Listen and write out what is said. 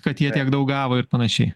kad jie tiek daug gavo ir panašiai